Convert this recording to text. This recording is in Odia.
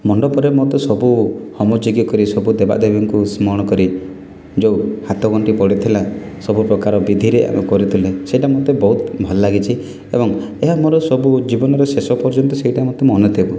ମଣ୍ଡପରେ ମୋତେ ସବୁ ହୋମ ଯଜ୍ଞ କରି ସବୁ ଦେବାଦେବୀଙ୍କୁ ସ୍ମରଣ କରି ଯେଉଁ ହାତ ଗଣ୍ଠି ପଡ଼ିଥିଲା ସବୁପ୍ରକାର ବିଧିରେ ଆମେ କରିଥିଲେ ସେଟା ମୋତେ ବହୁତ ଭଲ ଲାଗିଛି ଏବଂ ଏହା ମୋର ସବୁ ଜୀବନର ଶେଷ ପର୍ଯ୍ୟନ୍ତ ସେଇଟା ମୋତେ ମନେଥିବ